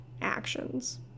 actions